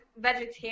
vegetarian